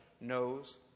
knows